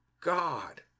God